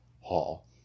hall